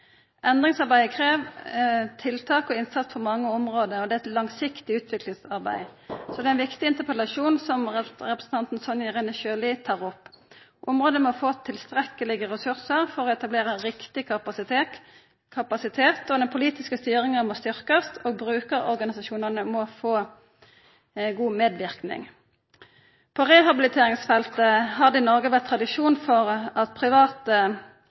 Endringsarbeidet krev tiltak og innsats på mange område, og det er eit langsiktig utviklingsarbeid. Det er ein viktig interpellasjon som representanten Sonja Irene Sjøli tar opp. Området må få tilstrekkelege ressursar for å etablera riktig kapasitet, og den politiske styringa må styrkast og brukarorganisasjonane må få god medverknad. På rehabiliteringsfeltet har det i Noreg vore tradisjon for at private